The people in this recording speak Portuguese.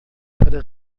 para